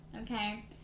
okay